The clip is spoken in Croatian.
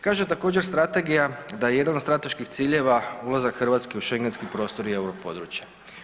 Kaže također strategija da je jedan od strateških ciljeva ulazak Hrvatske u Schengenski prostor i euro područje.